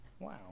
wow